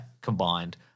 combined